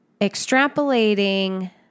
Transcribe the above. extrapolating